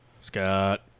Scott